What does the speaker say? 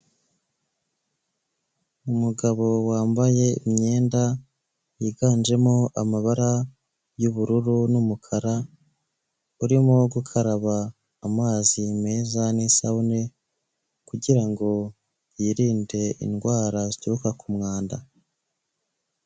Umugabo wambaye imyenda yiganjemo amabara y'ubururu n'umukara, urimo gukaraba amazi meza n'isabune kugirango yirinde indwara zituruka ku mwanda.